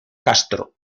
castro